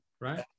right